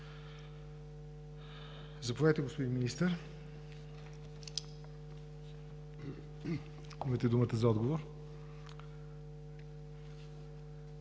Заповядайте, господин Министър – имате думата за отговор.